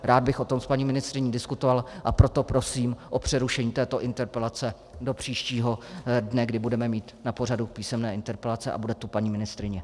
Rád bych o tom s paní ministryní diskutoval, a proto prosím o přerušení této interpelace do příštího dne, kdy budeme mít na pořadu písemné interpelace a bude tu paní ministryně.